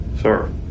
Sir